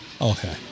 Okay